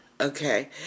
Okay